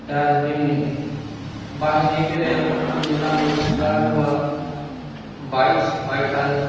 दा जोंनि बाहायनाय बेलायाव जोंनो नांगौ सिखा रुवा बाइस बायथाल